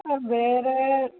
ആ വേറേ